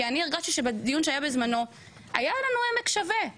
כי אני הרגשתי שבדיון שהיה בזמנו היה לנו עמק שווה,